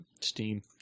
steam